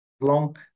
long